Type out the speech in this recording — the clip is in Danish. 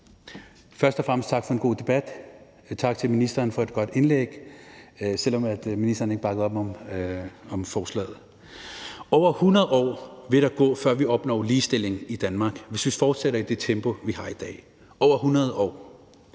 først og fremmest tak for en god debat. Tak til ministeren for et godt indlæg, selv om ministeren ikke bakkede op om forslaget. Over 100 år vil der gå, før vi opnår ligestilling i Danmark, hvis vi fortsætter i det tempo, vi har i dag – over 100 år!